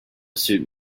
suit